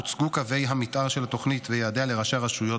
הוצגו קווי המתאר של התוכנית ויעדיה לראשי הרשויות